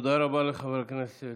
תודה רבה לחבר הכנסת